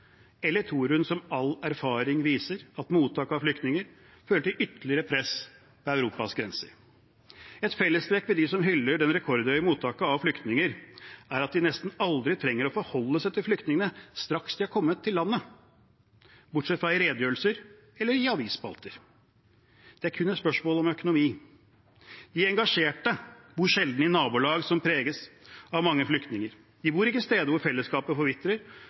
Eller tror hun, som all erfaring viser, at mottak av flyktninger fører til ytterligere press på Europas grenser? Et fellestrekk ved dem som hyller det rekordhøye mottaket av flyktninger, er at de nesten aldri trenger å forholde seg til flyktningene straks de er kommet til landet – bortsett fra i redegjørelser eller i avisspalter. Det er kun et spørsmål om økonomi. De engasjerte bor sjelden i nabolag som preges av mange flyktninger. De bor ikke på steder hvor fellesskapet forvitrer,